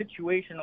situational